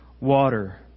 water